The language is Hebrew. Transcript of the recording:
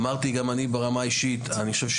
אמרתי גם אני ברמה האישית, אני חושב,